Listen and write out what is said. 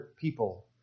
people